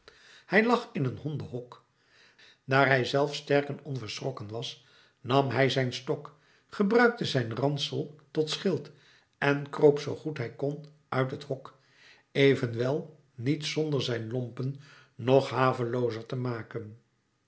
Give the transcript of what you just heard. hij lag in een hondenhok daar hij zelf sterk en onverschrokken was nam hij zijn stok gebruikte zijn ransel tot schild en kroop zoo goed hij kon uit het hok evenwel niet zonder zijn lompen nog haveloozer te maken